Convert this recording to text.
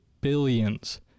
billions